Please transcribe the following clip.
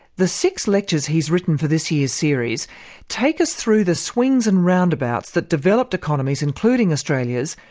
the six lectures he's written for this year's series take us through the swings and roundabouts that developed economies, including australia's,